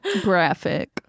Graphic